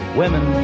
women